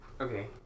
Okay